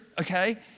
okay